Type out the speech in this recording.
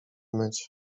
myć